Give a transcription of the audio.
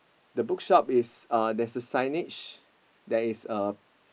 the bookshop is uh there's a signage that is uh